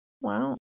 Wow